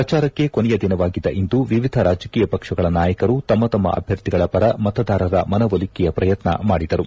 ಪ್ರಜಾರಕ್ಕೆ ಕೊನೆಯ ದಿನವಾಗಿದ್ದ ಇಂದು ವಿವಿಧ ರಾಜಕೀಯ ಪಕ್ಷಗಳ ನಾಯಕರು ತಮ್ಮ ತಮ್ಮ ಅಭ್ಯರ್ಥಿಗಳ ಪರ ಮತದಾರರ ಮನವೊಲಿಕೆಯ ಪ್ರಯತ್ನ ಮಾಡಿದರು